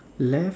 left